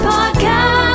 Podcast